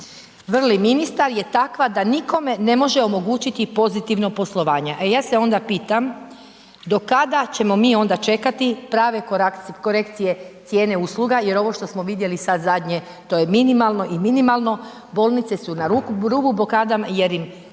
vrli ministar je takva da nikome ne može omogućiti pozitivno poslovanje a ja se onda pitam do kada ćemo mi onda čekati prave korekcije cijene usluga jer ovo što smo vidjeli sad zadnje, to je minimalno i minimalno, bolnice su na rubu blokada jer im